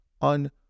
on